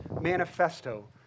Manifesto